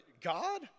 God